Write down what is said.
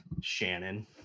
Shannon